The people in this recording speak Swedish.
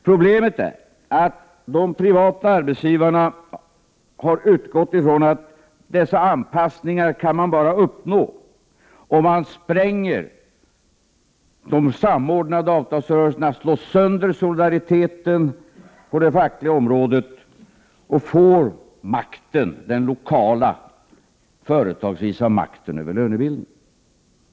Problemet är att de privata arbetsgivarna har utgått ifrån att dessa anpassningar kan uppnås bara om man spränger de samordnade avtalsrörelserna, slår sönder solidariteten på det fackliga området och företagsvis får den lokala makten över lönebilden.